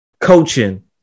coaching